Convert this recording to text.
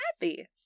happy